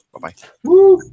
Bye-bye